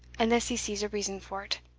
unless he sees a reason fort.